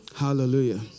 Hallelujah